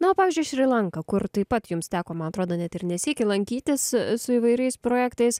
nu o pavyzdžiui šri lanka kur taip pat jums teko man atrodo net ir ne sykį lankytis su įvairiais projektais